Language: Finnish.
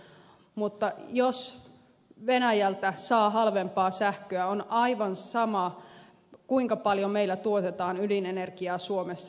mutta jos venäjältä saa halvempaa sähköä on aivan sama kuinka paljon meillä tuotetaan ydinenergiaa suomessa